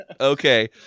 Okay